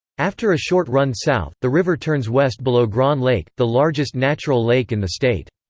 after a short run south, the river turns west below grand lake, the largest natural lake in the state.